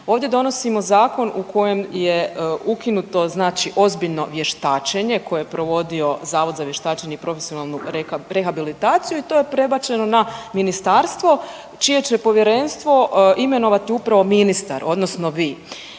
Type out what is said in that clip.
Ovdje donosimo zakon u kojem je ukinuto znači ozbiljno vještačenje koje je provodio Zavod za vještačenje i profesionalnu rehabilitaciju i to prebačeno na ministarstvo čije će povjerenstvo imenovati upravo ministar odnosno vi.